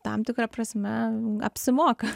tam tikra prasme apsimoka